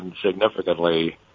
significantly